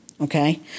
Okay